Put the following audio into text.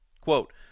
Quote